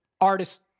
Artist